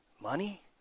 Money